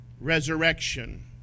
resurrection